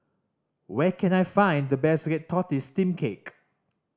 where can I find the best red tortoise steamed cake